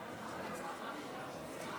בבקשה, אדוני.